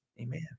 amen